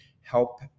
help